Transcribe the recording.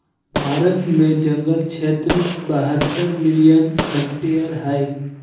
भारत में जंगल क्षेत्र बहत्तर मिलियन हेक्टेयर हइ